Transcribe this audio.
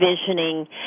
visioning